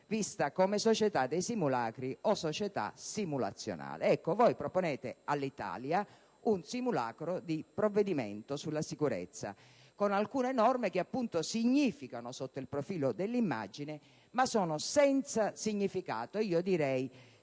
vista come società dei simulacri o società simulazionale. Ecco, voi proponete all'Italia un simulacro di provvedimento sulla sicurezza, con alcune norme che significano sotto il profilo dell'immagine ma sono senza significato, direi